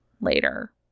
later